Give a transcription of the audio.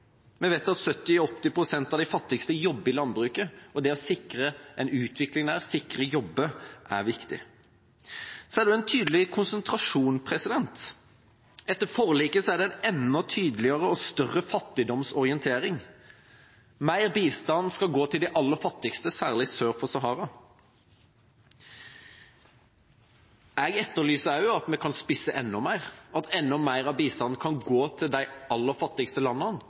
Vi vet at 70–80 pst. av de fattigste jobber i landbruket. Det å sikre utvikling og jobber der er viktig. Så er det også en tydelig konsentrasjon. Etter forliket er det en enda tydeligere og større fattigdomsorientering. Mer bistand skal gå til de aller fattigste, særlig sør for Sahara. Jeg etterlyser også at vi kan spisse enda mer, at enda mer av bistanden kan gå til de aller fattigste landene,